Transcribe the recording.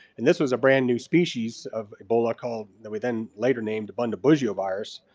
and this was a brand new species of ebola called, that we then later named, bundibugyo virus.